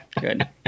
good